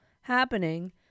happening